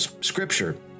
scripture